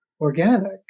organic